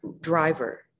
driver